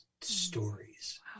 stories